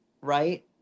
right